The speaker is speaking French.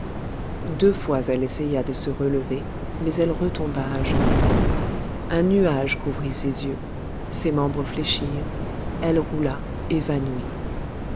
deux fois elle essaya de se relever mais elle retomba à genoux un nuage couvrit ses yeux ses membres fléchirent elle roula évanouie